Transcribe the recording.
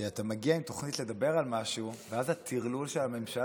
שאתה מגיע עם תוכנית לדבר על משהו ואז הטרלול של הממשלה